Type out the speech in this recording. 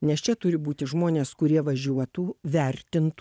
nes čia turi būti žmonės kurie važiuotų vertintų